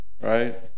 right